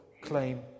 claim